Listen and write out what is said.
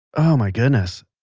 oh my goodness.